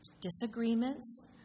Disagreements